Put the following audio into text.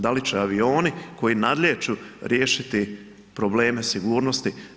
Da li će avioni koji nadlijeću riješiti probleme sigurnosti?